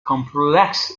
complex